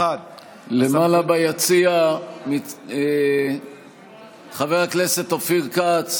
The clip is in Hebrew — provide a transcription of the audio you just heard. למעלה ביציע, חבר הכנסת אופיר כץ,